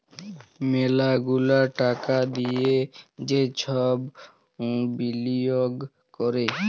ম্যালা গুলা টাকা দিয়ে যে সব বিলিয়গ ক্যরে